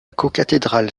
cocathédrale